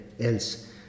else